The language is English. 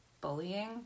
bullying